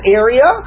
area